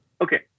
Okay